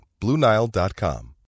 BlueNile.com